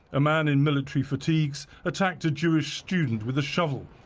a man in military fatigues attacked a jewish student with a shovel,